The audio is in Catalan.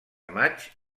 maig